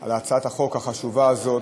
על הצעת החוק החשובה הזאת.